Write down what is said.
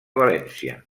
valència